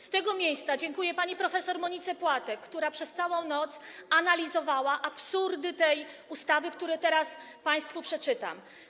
Z tego miejsca dziękuję pani prof. Monice Płatek, która przez całą noc analizowała absurdy tej ustawy, które teraz państwu przedstawię.